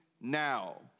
now